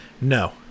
No